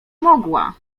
mogła